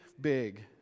big